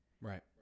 right